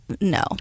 no